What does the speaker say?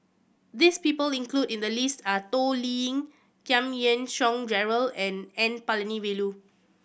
this people included in the list are Toh Liying Giam Yean Song Gerald and N Palanivelu